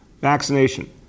vaccination